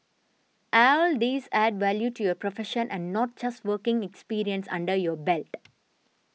all these add value to your profession and not just working experience under your belt